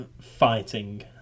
fighting